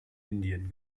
indien